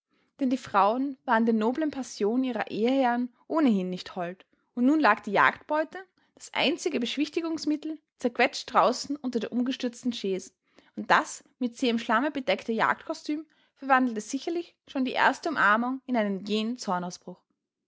denn die frauen waren der noblen passion ihrer eheherren ohnehin nicht hold und nun lag die jagdbeute das einzige beschwichtigungsmittel zerquetscht draußen unter der umgestürzten chaise und das mit zähem schlamme bedeckte jagdkostüm verwandelte sicherlich schon die erste umarmung in einen jähen